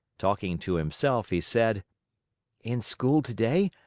talking to himself, he said in school today,